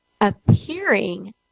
appearing